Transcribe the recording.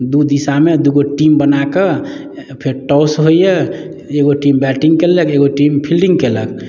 दू दिशामे दू गो टीम बना कऽ फेर टॉस होइए एगो टीम बैटिंग कयलक एगो टीम फील्डिंग कयलक